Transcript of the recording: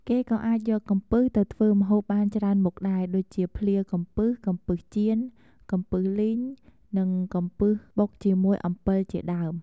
គេក៏អាចយកកំពឹសទៅធ្វើម្ហូបបានច្រើនមុខដែរ ដូចជា ភ្លាកំពឹស កំពឹសចៀន កំពឹសលីង និងកំពឹសបុកជាមួយអំពិលជាដើម។